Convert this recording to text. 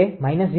0235 છે